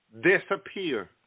disappear